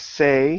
say